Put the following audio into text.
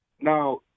Now